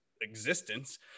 existence